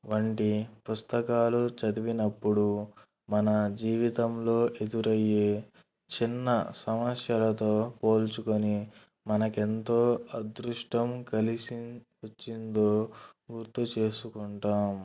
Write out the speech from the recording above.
వంటి పుస్తకాలు చదివినప్పుడు మన జీవితంలో ఎదురయ్యే చిన్న సమస్యలతో పోల్చుకొని మనకెంతో అదృష్టం కలిసి వచ్చిందో గుర్తు చేసుకుంటాం